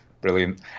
Brilliant